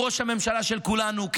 ראש הממשלה של כולנו.